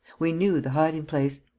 we knew the hiding-place.